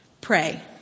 Pray